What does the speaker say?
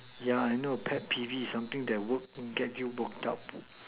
yeah I know pet peeve is something that get you work up